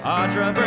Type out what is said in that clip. Audra